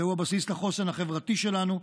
זהו הבסיס לחוסן החברתי שלנו.